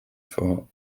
for